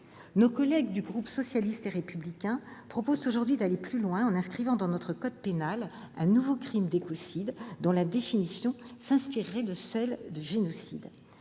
Nos collègues du groupe socialiste et républicain proposent aujourd'hui d'aller plus loin en inscrivant dans notre code pénal un nouveau crime d'écocide, dont la définition s'inspirerait de celle du génocide.